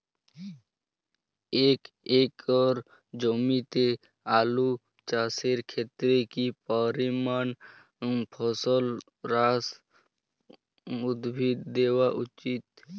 এক একর জমিতে আলু চাষের ক্ষেত্রে কি পরিমাণ ফসফরাস উদ্ভিদ দেওয়া উচিৎ?